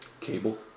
Cable